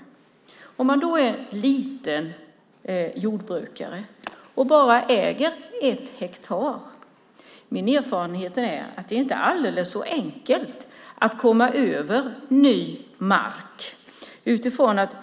Min erfarenhet är att det för den som är en liten jordbrukare och bara äger ett hektar inte är så enkelt att komma över ny mark.